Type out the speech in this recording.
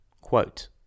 Quote